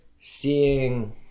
seeing